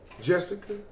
Jessica